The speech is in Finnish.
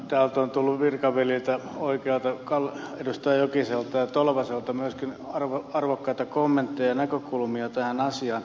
täältä on tullut virkaveljiltä oikealta edustaja jokiselta ja tolvaselta myöskin arvokkaita kommentteja ja näkökulmia tähän asiaan